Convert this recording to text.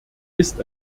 ist